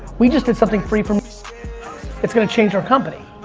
we just did something free for that's gonna change our company.